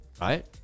right